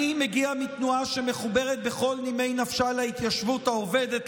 אני מגיע מתנועה שמחוברת בכל נימי נפשה להתיישבות העובדת,